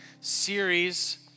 series